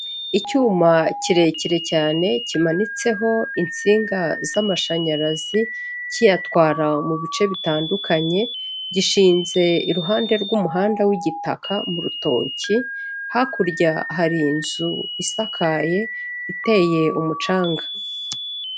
Icyuma kirekire cyane kimanitseho insinga z'amashanyarazi kiyatwara mu bice bitandukanye, gishinze iruhande rw'umuhanda w'igitaka mu rutoki, hakurya hari inzu isakaye iteye umucanga.